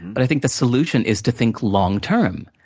but i think the solution is to think long term.